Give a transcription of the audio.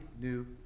new